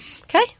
okay